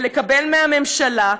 ולקבל מהממשלה,